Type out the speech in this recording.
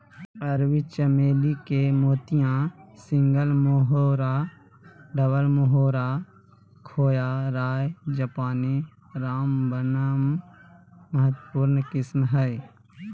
अरबी चमेली के मोतिया, सिंगल मोहोरा, डबल मोहोरा, खोया, राय जापानी, रामबनम महत्वपूर्ण किस्म हइ